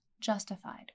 justified